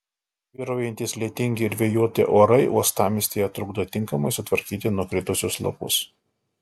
vyraujantys lietingi ir vėjuoti orai uostamiestyje trukdo tinkamai sutvarkyti nukritusius lapus